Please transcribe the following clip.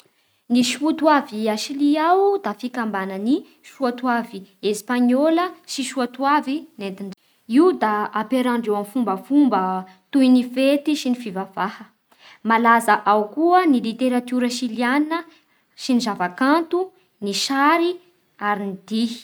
Ny soatoavy a Sily ao da fikambanan'ny soatoavy espagnola sy soatoavy nenty Io da ampiarahandreo amin'ny fombafomba toyu ny fety sy ny fivavaha Malaza ao koa ny literatiora siliana sy ny zava-kanto ny sary ary ny dihy